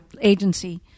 Agency